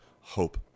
hope